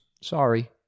Sorry